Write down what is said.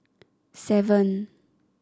seven